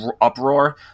uproar